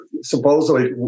supposedly